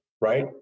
right